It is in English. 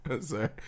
sorry